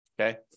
okay